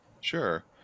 Sure